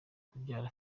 kubyara